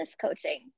coaching